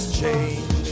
change